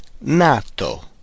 nato